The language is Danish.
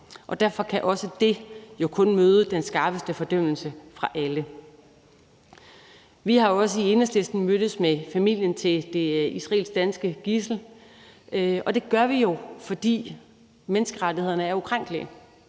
Derfor kan også det jo kun møde den skarpeste fordømmelse fra alle. Vi har i Enhedslisten mødtes med familien til det israelsk-danske gidsel, og det gjorde vi, fordi menneskerettighederne er ukrænkelige